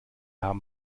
haben